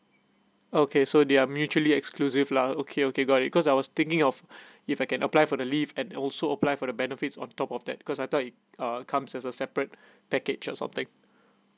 okay so they're mutually exclusive lah okay okay got it cause I was thinking of if I can apply for the leave and also apply for the benefits on top of that cause I thought it uh comes as a separate package or something